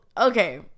okay